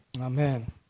Amen